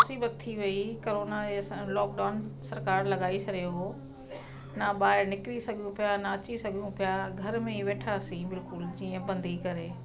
मुसीबत थी वई करोना जी असां लॉकडाउन सरकार लगाई छॾियो हो न ॿाहिरि निकिरी सघूं पिया न अची सघूं पिया घर में ई वेठासीं बिल्कुलु जीअं बंधी करे